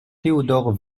théodore